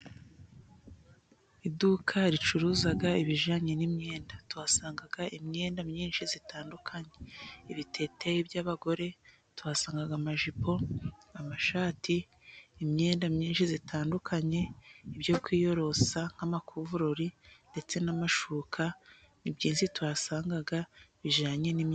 Iduka ricuruza ibijanye n'imyenda tuhasanga imyenda myinshi itandukanye: amakanzu y'abagore ,tuhasanga amajipo ,amashati ,imyenda myinshi itandukanye ,ibyo twiyorosa nk'amakovurori ndetse n'amashuka ni byinshi tuhasanga bijanye n'imiti.